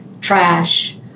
trash